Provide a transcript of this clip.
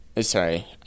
Sorry